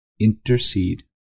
intercede